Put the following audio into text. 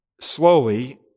slowly